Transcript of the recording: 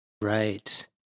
Right